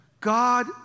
God